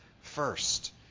first